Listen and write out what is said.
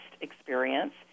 experience